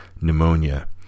pneumonia